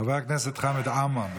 חבר הכנסת חמד עמאר,